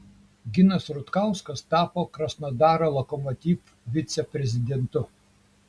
ginas rutkauskas tapo krasnodaro lokomotiv viceprezidentu